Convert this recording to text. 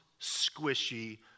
squishy